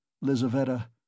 Lizaveta